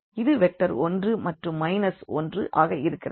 இது வெக்டர் 1 மற்றும் 1 ஆக இருக்கிறது